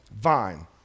vine